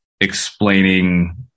explaining